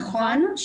נכון,